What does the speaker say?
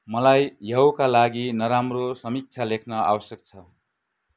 मलाई याहुका लागि नराम्रो समीक्षा लेख्न आवश्यक छ